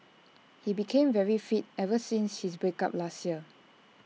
he became very fit ever since his break up last year